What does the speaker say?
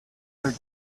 their